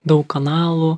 daug kanalų